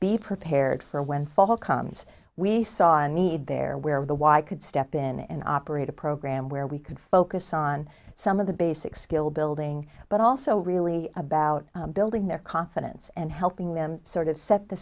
be prepared for a windfall comes we saw a need there where the y could step in and operate a program where we could focus on some of the basic skill building but also really about building their confidence and helping them sort of set the